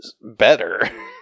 better